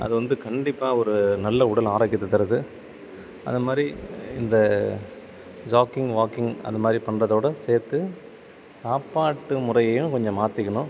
அது வந்து கண்டிப்பாக ஒரு நல்ல உடல் ஆரோக்கியத்தை தருது அதை மாதிரி இந்த ஜாக்கிங் வாக்கிங் அந்த மாதிரி பண்ணுறதோட சேர்த்து சாப்பாட்டு முறையையும் கொஞ்சம் மாத்திக்கணும்